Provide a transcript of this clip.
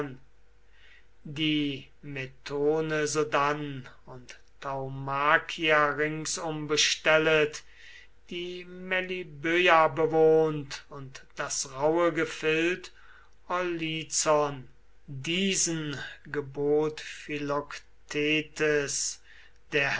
die methone sodann und thaumakia ringsum bestellet die meliböa bewohnt und das rauhe gefild olizon diesen gebot